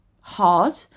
hard